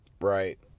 Right